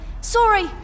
Sorry